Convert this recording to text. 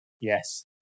Yes